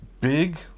big